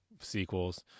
sequels